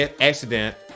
accident